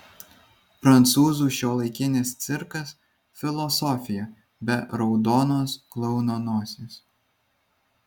prancūzų šiuolaikinis cirkas filosofija be raudonos klouno nosies